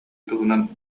туһунан